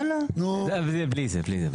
בסדר, בלי זה.